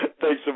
Thanks